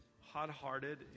hot-hearted